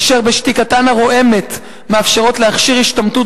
אשר בשתיקתן הרועמת מאפשרות להכשיר השתמטות